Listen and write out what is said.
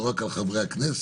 לא רק על חברי הכנסת.